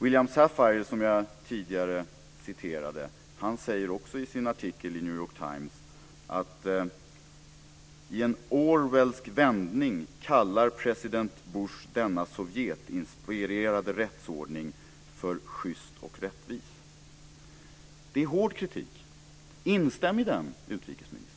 William Safire, som jag tidigare citerade, säger också i sin artikel i New York Times att president Bush i en orwellsk vändning kallar denna sovjetinspirerade rättsordning för schyst och rättvis. Det är hård kritik. Instäm i den, utrikesministern!